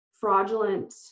Fraudulent